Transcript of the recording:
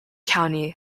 county